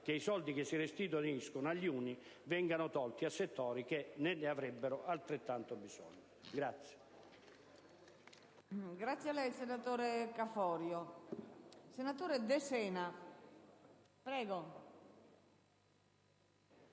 che i soldi che si restituiscono agli uni vengano tolti a settori che ne avrebbero altrettanto bisogno.